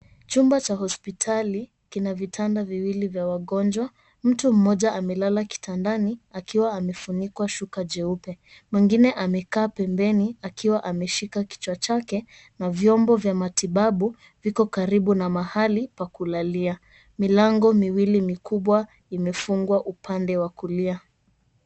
Chumba cha hospitali kina vitanda viwili vya wagonjwa, mtu mmoja amelala kitandani akiwa amefunikwa shuka jeupe. Mwingine amekaa pembeni akiwa ameshika kichwa chake na vyombo vya matibabu viko karibu na mahali pa kulalia. Milango miwili mikubwa imefungwa upande wa kulia.